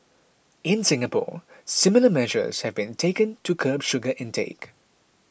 in Singapore similar measures have been taken to curb sugar intake